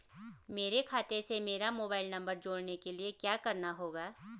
मेरे खाते से मेरा मोबाइल नम्बर जोड़ने के लिये क्या करना होगा?